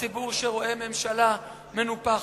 הציבור רואה ממשלה מנופחת,